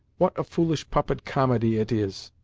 what a foolish puppet-comedy it is!